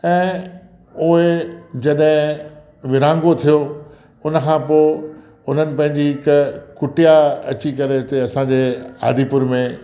ऐं उहे जॾहिं विरिहाङो थियो उन्हनि खां पोइ उन्हनि पंहिंजी हिकु कुटिया अची करे हिते असांजे आदिपुर में